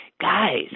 guys